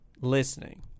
listening